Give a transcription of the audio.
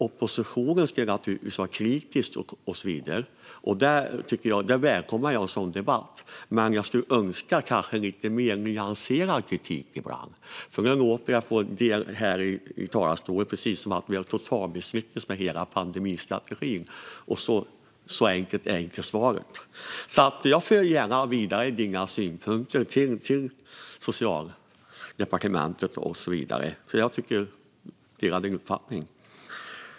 Oppositionen ska naturligtvis vara kritisk, och jag välkomnar en sådan debatt. Jag skulle dock önska lite mer nyanserad kritik ibland. Det låter på en del här i talarstolen som att vi har misslyckats totalt med hela pandemistrategin, och så enkelt är inte svaret. Jag för gärna vidare dina synpunkter till Socialdepartementet, Acko Ankarberg Johansson, för jag delar din uppfattning.